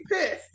pissed